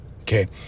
okay